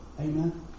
Amen